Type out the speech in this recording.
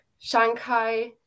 shanghai